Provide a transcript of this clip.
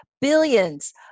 billions